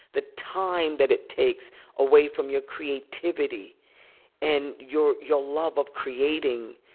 the time that it takes away from your creativity and your your love of creating.